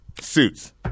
suits